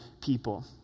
people